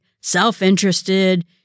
self-interested